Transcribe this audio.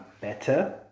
better